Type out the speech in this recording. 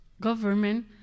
government